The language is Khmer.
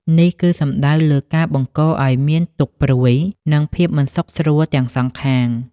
នេះគឺសំដៅលើការបង្កឲ្យមានទុក្ខព្រួយ និងភាពមិនសុខស្រួលទាំងសងខាង។